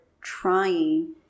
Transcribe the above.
trying